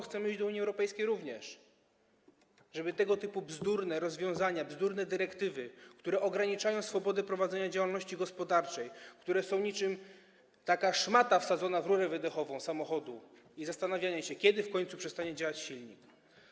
Chcemy iść do Unii Europejskiej właśnie po to, żeby również tego typu bzdurne rozwiązania, bzdurne dyrektywy, które ograniczają swobodę prowadzenia działalności gospodarczej, które są niczym szmata wsadzona w rurę wydechową samochodu - i zastanawianie się, kiedy w końcu przestanie działać silnik.